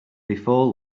before